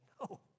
No